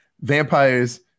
vampires